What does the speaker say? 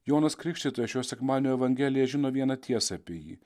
jonas krikštytojas šio sekmadienio evangelija žino vieną tiesą apie jį